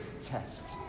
test